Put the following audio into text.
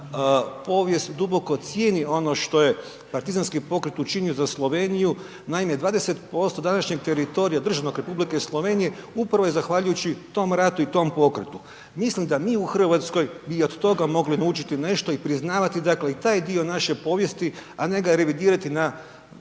povijest duboko cijeni ono što je partizanski pokret učinio za Sloveniju, naime 20% današnjeg teritorija državnog Republike Slovenije upravo za zahvaljujući tom ratu i tom pokretu. Mislim da mi u Hrvatskoj bi od toga mogli naučiti nešto i priznavati dakle i taj dio naše povijesti, a ne ga revidirati na